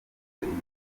imihoho